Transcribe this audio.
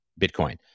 Bitcoin